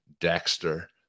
dexter